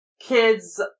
kids